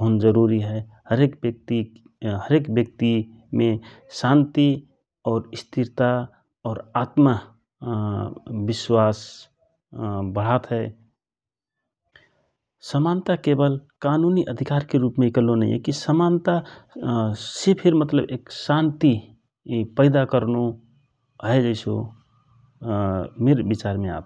होन जरूरी हए हरेक व्यक्ति मे शान्ति और स्थिरता और आत्म विश्वास वढात हए । समान्ता केवल कनुनी अधिकार इकल्लो नैया कि समान्त से फिर शान्ति पैदा करनो हए कहिके मिर विचार मे आत हए ।